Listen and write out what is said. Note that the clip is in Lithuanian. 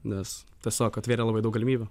nes tiesiog atvėrė labai daug galimybių